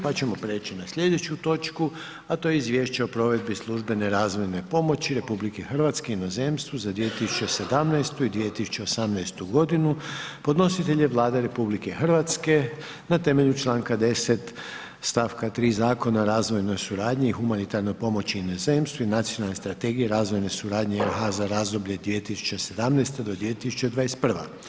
pa ćemo prijeći na slijedeću točku, a to je: - Izvješće o provedbi službene razvojne pomoći RH u inozemstvu za 2017. i 2018.g. Podnositelj je Vlada RH na temelju čl. 10. st. 3. Zakona o razvojnoj suradnji i humanitarnoj pomoći u inozemstvu i nacionalnoj strategiji i razvojne suradnje RH za razdoblje 2017.-2021.